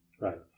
Right